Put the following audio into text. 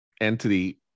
entity